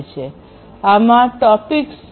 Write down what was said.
આમાં "ટોપિક્સ" છે